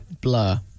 Blur